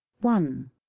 One